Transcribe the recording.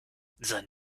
sein